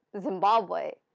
Zimbabwe